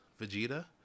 Vegeta